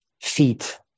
feet